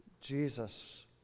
Jesus